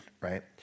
right